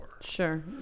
Sure